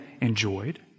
enjoyed